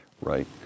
Right